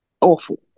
awful